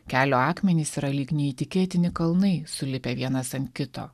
kelio akmenys yra lyg neįtikėtini kalnai sulipę vienas ant kito